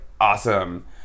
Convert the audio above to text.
Awesome